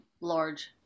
large